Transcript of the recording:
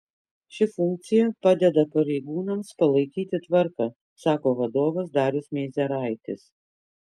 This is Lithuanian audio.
ši funkcija padeda pareigūnams palaikyti tvarką sako vadovas darius meizeraitis